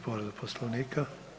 povreda Poslovnika.